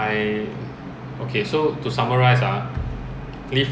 decent approach landing checklist as far as you can go